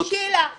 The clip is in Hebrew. יוציאו אותך בכוח.